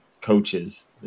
coaches